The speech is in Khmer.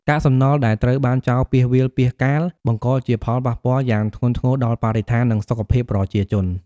កាកសំណល់ដែលត្រូវបានចោលពាសវាលពាសកាល បង្កជាផលប៉ះពាល់យ៉ាងធ្ងន់ធ្ងរដល់បរិស្ថាន និងសុខភាពប្រជាជន។